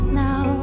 now